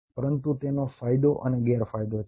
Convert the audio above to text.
પરંતુ તેનો ફાયદો અને ગેરફાયદો છે